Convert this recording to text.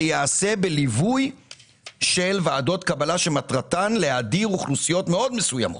ייעשה בליווי של ועדות קבלה שמטרתן להדיר אוכלוסיות מאוד מסוימות.